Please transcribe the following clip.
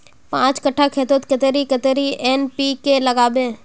पाँच कट्ठा खेतोत कतेरी कतेरी एन.पी.के के लागबे?